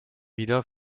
wieder